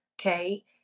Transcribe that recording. Okay